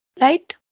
right